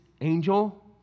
angel